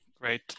Great